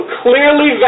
clearly